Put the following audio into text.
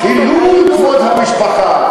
חילול כבוד המשפחה.